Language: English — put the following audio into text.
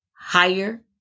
higher